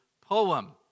poem